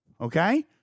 Okay